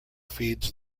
feeds